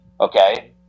Okay